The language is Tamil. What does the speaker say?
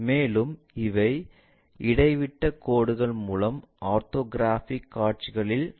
மேலும் இவை இடைவிட்டக் கோடுகள் மூலம் ஆர்த்தோகிராஃபிக் காட்சிகளில் காட்டப்படுகின்றன